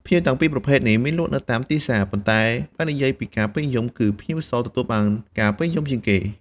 ផ្ញៀវទាំងពីរប្រភេទនេះមានលក់នៅតាមទីផ្សារ ប៉ុន្តែបើនិយាយពីការពេញនិយម គឺ ផ្ញៀវស ទទួលបានការគាំទ្រជាងគេ។